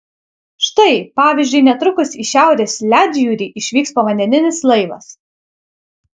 štai pavyzdžiui netrukus į šiaurės ledjūrį išvyks povandeninis laivas